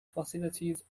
facilities